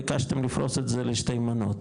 ביקשתם לפרוס את זה לשתי מנות,